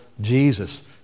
Jesus